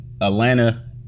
Atlanta